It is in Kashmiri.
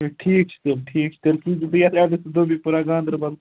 ٹھیٖک چھُ تیٚلہِ ٹھیٖک چھُ تیٚلہِ تُہۍ سوٗزِو بیٚیہِ یَتھ ایڈرسس دوبی پورا گانٛدربَل